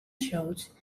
shows